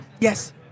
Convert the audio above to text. Yes